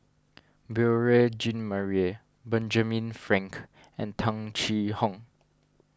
Beurel Jean Marie Benjamin Frank and Tung Chye Hong